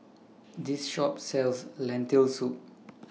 This Shop sells Lentil Soup